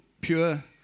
pure